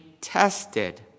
tested